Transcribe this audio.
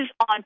on